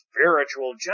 spiritual